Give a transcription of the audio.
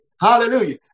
Hallelujah